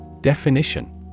Definition